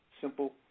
simple